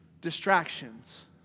distractions